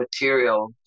material